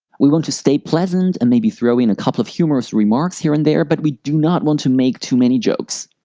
we want to stay pleasant and maybe throw in a couple of humorous remarks here and there, but we do not want to make too many jokes.